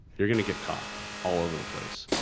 you're gonna get caught all over the place,